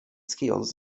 skills